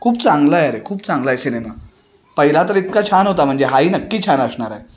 खूप चांगला आहे अरे खूप चांगला आहे सिनेमा पहिला तर इतका छान होता म्हणजे हाही नक्की छान असणार आहे